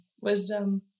wisdom